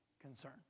concern